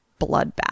bloodbath